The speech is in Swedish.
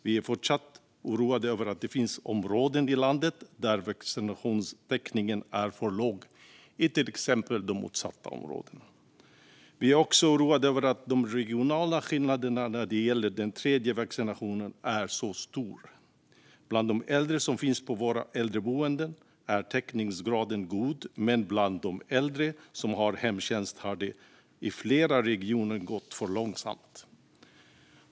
Vi är fortsatt oroade över att det finns områden i landet där vaccinationstäckningen är för låg, till exempel i de utsatta områdena. Vi är också oroade över att de regionala skillnaderna när det gäller den tredje vaccinationen är så stor. Bland de äldre som finns på våra äldreboenden är täckningsgraden god, men bland de äldre som har hemtjänst har det i flera regioner gått för långsamt.